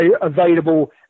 available